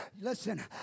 Listen